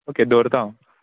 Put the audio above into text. okay दवरतां हांव